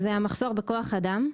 מחסור בכוח אדם.